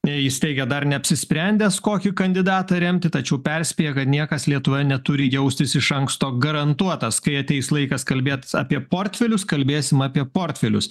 neįsteigė dar neapsisprendęs kokį kandidatą remti tačiau perspėja kad niekas lietuvoje neturi jaustis iš anksto garantuotas kai ateis laikas kalbėt apie portfelius kalbėsim apie portfelius